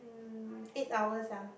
mm eight hours ah